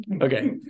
Okay